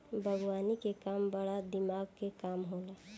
बागवानी के काम बड़ा दिमाग के काम होला